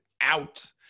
out